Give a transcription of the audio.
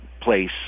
place